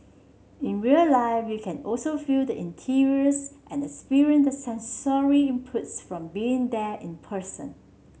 in real life you can also feel the interiors and experience the sensory inputs from being there in person